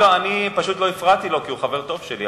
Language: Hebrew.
אני פשוט לא הפרעתי לו כי הוא חבר טוב שלי,